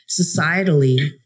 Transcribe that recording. Societally